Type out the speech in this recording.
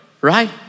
right